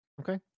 Okay